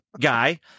guy